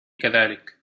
كذلك